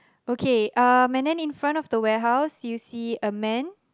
okay and then infront of the warehouse you see a man